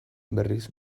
berriz